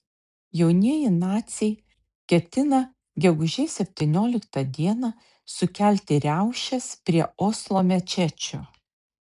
jaunieji naciai ketina gegužės septynioliktą dieną sukelti riaušes prie oslo mečečių